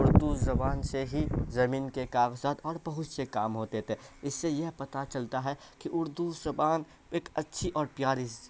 اردو زبان سے ہی زمین کے کاغذات اور بہت سے کام ہوتے تھے اس سے یہ پتہ چلتا ہے کہ اردو زبان ایک اچھی اور پیاری